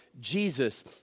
Jesus